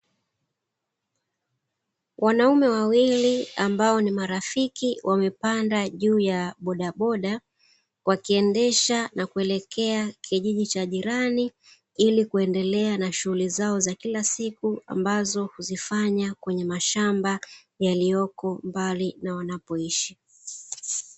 Wanaume wawili ambao ni marafiki wamepanda juu ya bodaboda wakiendesha na kuelekea kijiji cha jirani, ili kuendelea na shughuli zao za kila siku ambazo huzifanya kwenye mashamba yaliyoko mbali na wanapoishi.